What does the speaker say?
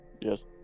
yes